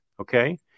Okay